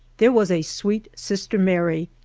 there was a sweet sister mary,